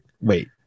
wait